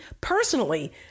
personally